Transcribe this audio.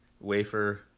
wafer